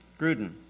Gruden